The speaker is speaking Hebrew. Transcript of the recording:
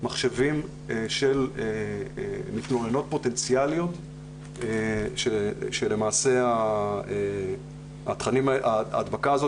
מחשבים של מתלוננות פוטנציאליות כאשר למעשה ההדבקה הזאת